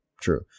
True